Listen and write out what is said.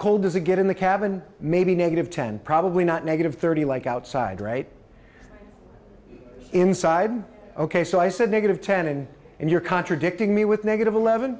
cold does it get in the cabin maybe negative ten probably not negative thirty like outside right inside ok so i said negative ten and and you're contradicting me with negative eleven